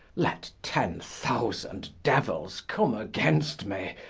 let ten thousand diuelles come against me,